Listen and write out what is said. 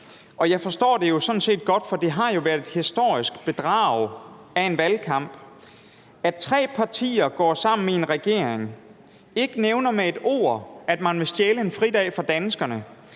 det sådan set godt, for det har jo været et historisk bedrag af en valgkamp, at tre partier, der går sammen i en regering, ikke nævner med et ord, at man vil stjæle en fridag fra danskerne,